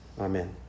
Amen